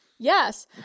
Yes